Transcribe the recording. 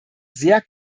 sehr